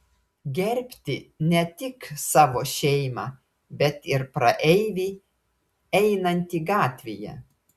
gerbti ne tik savo šeimą bet ir praeivį einantį gatvėje